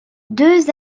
deux